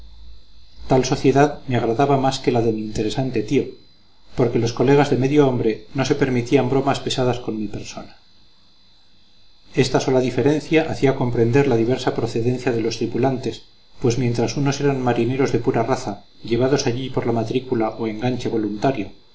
tal sociedad me agradaba más que la de mi interesante tío porque los colegas de medio hombre no se permitían bromas pesadas con mi persona esta sola diferencia hacía comprender la diversa procedencia de los tripulantes pues mientras unos eran marineros de pura raza llevados allí por la matrícula o enganche voluntario